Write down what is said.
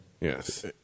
Yes